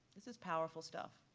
this is powerful stuff.